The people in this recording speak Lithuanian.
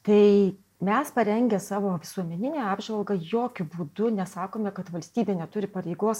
tai mes parengę savo visuomeninę apžvalgą jokiu būdu nesakome kad valstybė neturi pareigos